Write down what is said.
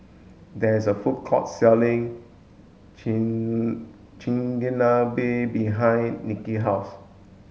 there is a food court selling Chigenabe behind Nikia house